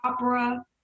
opera